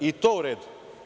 I to je u redu.